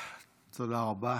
תודה רבה.